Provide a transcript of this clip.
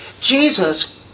Jesus